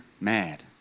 mad